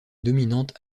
dominante